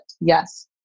Yes